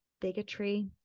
bigotry